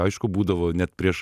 aišku būdavo net prieš